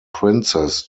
princess